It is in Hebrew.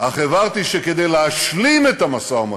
אך הבהרתי שכדי להשלים את המשא-ומתן,